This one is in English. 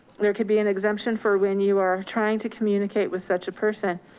there could be an exemption for when you are trying to communicate with such a person,